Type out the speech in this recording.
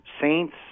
Saints